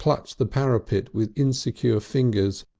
clutch the parapet with insecure fingers,